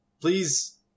Please